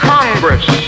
Congress